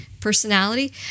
personality